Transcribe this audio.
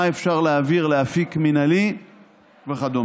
מה אפשר להעביר לאפיק מינהלי וכדומה.